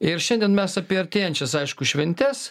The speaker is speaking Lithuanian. ir šiandien mes apie artėjančias aišku šventes